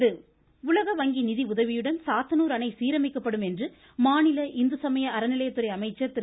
மமமமம சாத்தனூர் அணை உலக வங்கி நிதியுதவியுடன் சாத்தனூர் அணை சீரமைக்கப்படும் என்று மாநில இந்துசமய அறநிலையத் துறை அமைச்சர் திரு